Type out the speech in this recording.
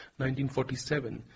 1947